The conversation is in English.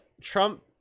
Trump